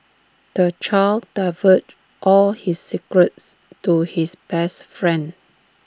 the child divulged all his secrets to his best friend